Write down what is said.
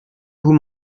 vous